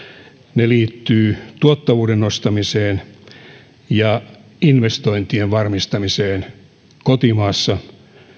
ne liittyvät tuottavuuden nostamiseen ja investointien varmistamiseen kotimaassa